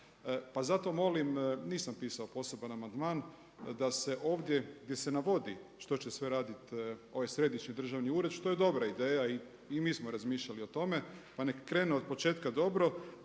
pa zato molim, nisam pisao poseban amandman da se ovdje gdje se navodi što će sve radit ovaj središnji državni ured što je dobra ideja. I mi smo razmišljali o tome. Pa neka krene od početka dobro.